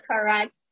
correct